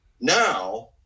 now